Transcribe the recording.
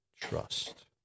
trust